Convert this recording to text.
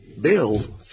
Bill